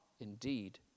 indeed